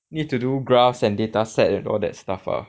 need to do graphs and data set and all that stuff ah